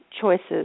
choices